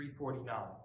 349